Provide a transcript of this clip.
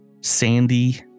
sandy